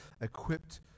equipped